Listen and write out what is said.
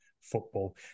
Football